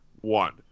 One